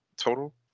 total